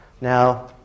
Now